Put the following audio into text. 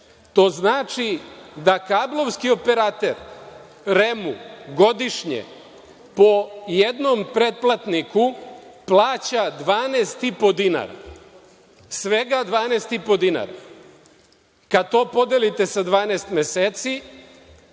to znači da kablovski operater REM-u godišnje po jednom pretplatniku plaća 12,5 dinara, svega 12,5 dinara. Kad to podelite sa 12 meseci,